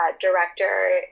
director